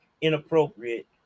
inappropriate